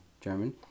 German